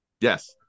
Yes